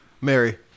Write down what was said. Mary